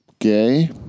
Gay